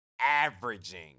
averaging